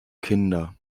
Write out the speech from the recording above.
kinder